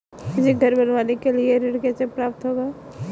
मुझे घर बनवाने के लिए ऋण कैसे प्राप्त होगा?